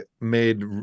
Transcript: made